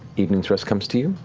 evening's rest comes to you.